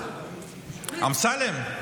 אמסלם,